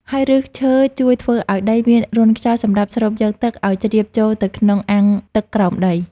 ហើយឫសឈើជួយធ្វើឱ្យដីមានរន្ធខ្យល់សម្រាប់ស្រូបយកទឹកឱ្យជ្រាបចូលទៅក្នុងអាងទឹកក្រោមដី។